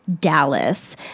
Dallas